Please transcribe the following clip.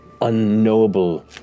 unknowable